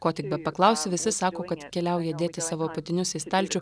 ko tik bepaklausi visi sako kad keliauja dėti savo apatinius į stalčių